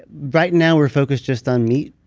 right now, we're focused just on meat,